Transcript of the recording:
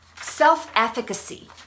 Self-efficacy